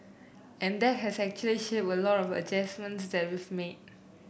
and that has actually shaped a lot of the adjustments that we've made